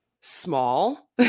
small